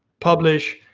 publish,